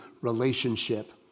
relationship